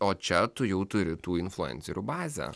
o čia tu jau turi tų influencerių bazę